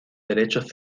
derechos